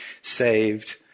saved